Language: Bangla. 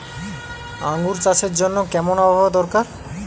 আঙ্গুর চাষের জন্য কেমন আবহাওয়া দরকার?